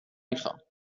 میخام